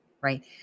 right